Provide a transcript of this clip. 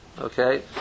Okay